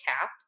cap